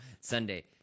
Sunday